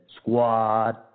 Squad